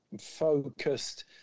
focused